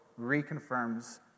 reconfirms